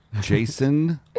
Jason